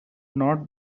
not